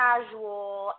casual